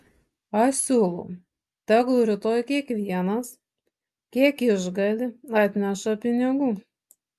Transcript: aš siūlau tegul rytoj kiekvienas kiek išgali atneša pinigų